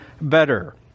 better